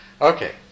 Okay